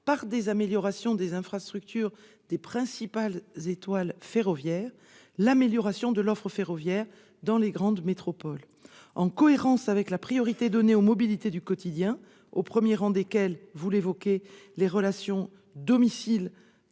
par l'amélioration des infrastructures des principales étoiles ferroviaires, de fournir une meilleure offre ferroviaire dans les grandes métropoles. En cohérence avec la priorité donnée aux mobilités du quotidien, au premier rang desquelles, vous l'avez dit, les relations domicile-travail,